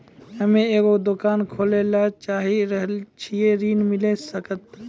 हम्मे एगो दुकान खोले ला चाही रहल छी ऋण मिल सकत?